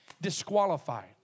disqualified